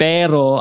Pero